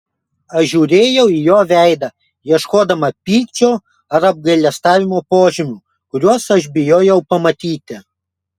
aš žiūrėjau į jo veidą ieškodama pykčio ar apgailestavimo požymių kuriuos aš bijojau pamatyti